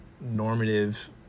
normative